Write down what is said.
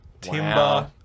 timber